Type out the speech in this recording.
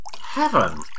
Heaven